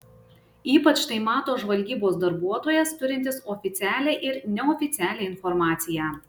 ypač tai mato žvalgybos darbuotojas turintis oficialią ir neoficialią informaciją